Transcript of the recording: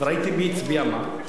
וראיתי מי הצביע מה,